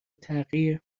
تغییر